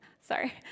sorry